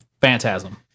Phantasm